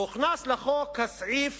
והוכנס לחוק הסעיף,